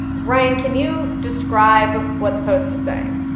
ryan, can you describe what the post is saying?